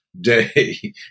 day